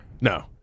no